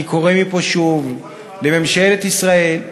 אני קורא מפה שוב לממשלת ישראל,